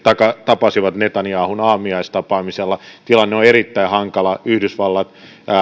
tapasivat netanjahun aamiaistapaamisella tilanne on erittäin hankala yhdysvallat on